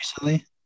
recently